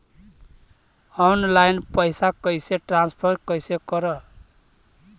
Online पैसा कैसे transfer कैसे कर?